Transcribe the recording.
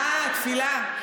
אה, תפילה.